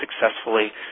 successfully